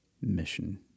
mission